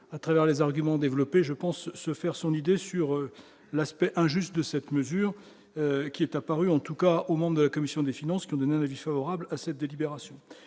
à travers les arguments développés, je pense, se faire son idée sur l'aspect injuste de cette mesure qui est apparu, en tout cas aux membres de la commission des finances que vous avez dit favorable à cette délibération